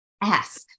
ask